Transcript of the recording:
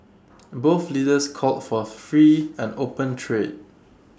both leaders called for free and open trade